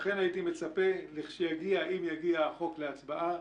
לכן הייתי מצפה לכשיגיע, אם יגיע החוק להצבעה